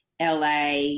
LA